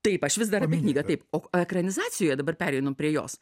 taip aš vis dar apie knygą taip o ekranizacijoje dabar pereinam prie jos